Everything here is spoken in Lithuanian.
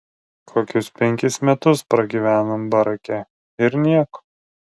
kokius penkis metus pragyvenom barake ir nieko